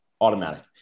Automatic